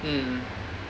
mm